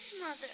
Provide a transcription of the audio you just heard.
Mother